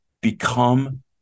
become